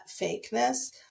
fakeness